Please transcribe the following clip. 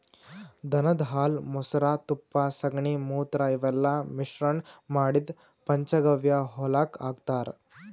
ದನದ್ ಹಾಲ್ ಮೊಸ್ರಾ ತುಪ್ಪ ಸಗಣಿ ಮೂತ್ರ ಇವೆಲ್ಲಾ ಮಿಶ್ರಣ್ ಮಾಡಿದ್ದ್ ಪಂಚಗವ್ಯ ಹೊಲಕ್ಕ್ ಹಾಕ್ತಾರ್